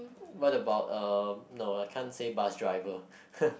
what about uh no I can't say bus driver